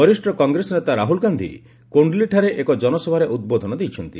ବରିଷ୍ଠ କଂଗ୍ରେସ ନେତା ରାହ୍ରଲ ଗାନ୍ଧୀ କୋଣ୍ଡଲିଠାରେ ଏକ ଜନସଭାରେ ଉଦ୍ବୋଧନ ଦେଇଛନ୍ତି